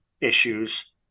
issues